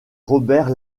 robert